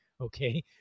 Okay